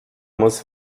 muss